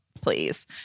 please